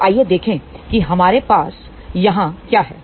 तो आइए देखें कि हमारे पास यहाँ क्या है